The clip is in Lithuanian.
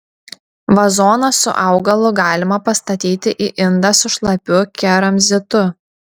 vazoną su augalu galima pastatyti į indą su šlapiu keramzitu